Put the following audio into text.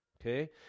okay